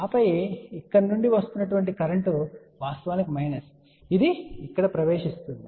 ఆపై ఇక్కడ నుండి వస్తున్న కరెంట్ వాస్తవానికి మైనస్ ఇది ఇక్కడ ప్రవేశిస్తుంది